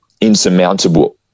insurmountable